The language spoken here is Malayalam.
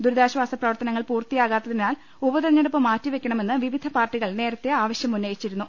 ദുരിതാശ്ചാസ പ്രവർത്തനങ്ങൾ പൂർത്തിയാകാത്തിനാൽ ഉപതെരഞ്ഞെടുപ്പ് മാറ്റിവെ ക്കണമെന്ന് വിവിധ പാർട്ടികൾ നേരത്തെ ആവശ്യമുന്ന യിച്ചിരുന്നു